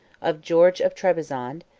of george of trebizond,